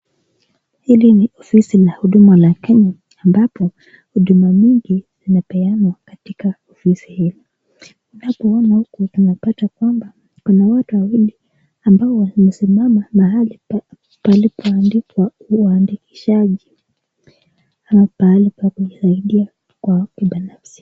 Hili ni ofisi la Huduma la Kenya ambapo huduma mingi inapeanwa katika ofisi hii. Unapoona huku unapata kwamba kuna watu wawili ambao wamesimama mahali palipo andikwa uandikishaji ama pahali pa kujisaidia kwa kibinafsi.